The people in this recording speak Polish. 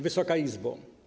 Wysoka Izbo!